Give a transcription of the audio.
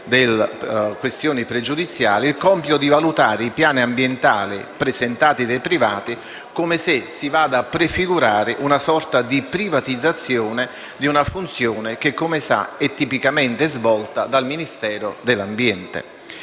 delle questioni pregiudiziali - avrà il compito di valutare i piani ambientali presentati dai privati, come se si andasse a prefigurare una sorta di privatizzazione di una funzione che - come si sa - è tipicamente svolta dal Ministero dell'ambiente.